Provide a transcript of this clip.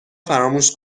فراموش